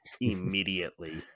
immediately